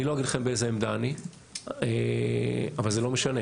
אני לא אגיד לכם באיזו עמדה אני אבל זה לא משנה.